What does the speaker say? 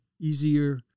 easier